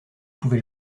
pouvais